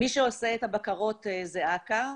מי שעושה את הבקרות זה אכ"א.